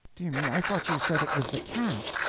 dear me, i thought you said it was the cat!